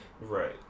right